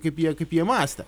kaip jie kaip jie mąstė